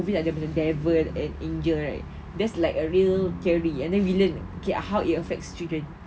like macam devil and angel right that's like a real theory and then we learn okay how it affects children